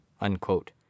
unquote